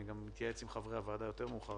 אני גם אתייעץ עם חברי הוועדה מאוחר יותר